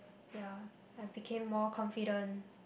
ya I became more confident